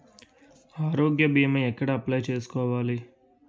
ఆరోగ్య భీమా ఎక్కడ అప్లయ్ చేసుకోవాలి?